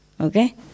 okay